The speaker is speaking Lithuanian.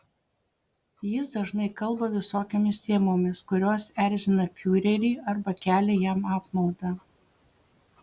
jis dažnai kalba visokiomis temomis kurios erzina fiurerį arba kelia jam apmaudą